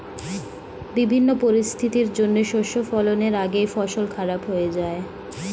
বিভিন্ন পরিস্থিতির জন্যে শস্য ফলনের আগেই ফসল খারাপ হয়ে যায়